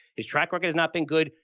his track record has not been good.